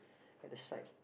at the side